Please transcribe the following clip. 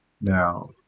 Now